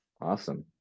Awesome